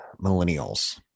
millennials